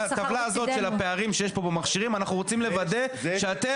הטבלה הזאת של הפערים שיש פה במכשירים אנחנו רוצים לוודא שאתם